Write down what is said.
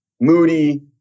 moody